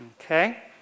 Okay